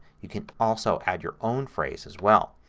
you can also add your own phrase as well.